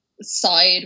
side